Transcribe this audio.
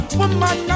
woman